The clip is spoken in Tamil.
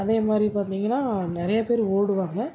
அதே மாதிரி பார்த்திங்கனா நிறையா பேர் ஓடுவாங்க